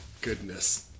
goodness